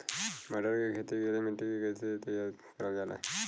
मटर की खेती के लिए मिट्टी के कैसे तैयार करल जाला?